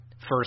first